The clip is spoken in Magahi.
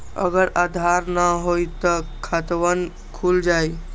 अगर आधार न होई त खातवन खुल जाई?